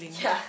yeah